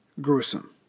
gruesome